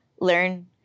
learn